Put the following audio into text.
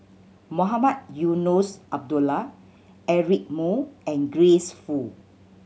Mohamed Eunos Abdullah Eric Moo and Grace Fu